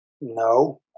no